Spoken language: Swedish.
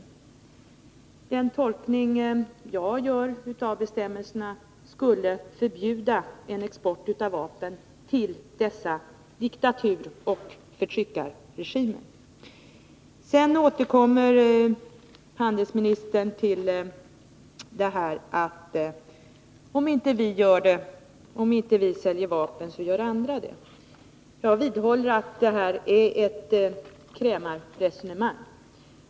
Enligt den tolkning jag gör av bestämmelserna skulle det vara förbjudet att exportera vapen till dessa diktaturoch förtryckarregimer. Sedan återkommer handelsministern till detta att om vi inte säljer vapen, så gör andra det. Jag vidhåller att det här är ett krämarresonemang.